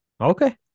Okay